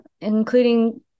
including